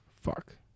Fuck